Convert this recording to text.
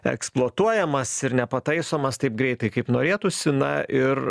eksploatuojamas ir nepataisomas taip greitai kaip norėtųsi na ir